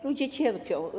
Ludzie cierpią.